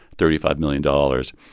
thirty five million dollars.